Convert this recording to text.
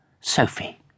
Sophie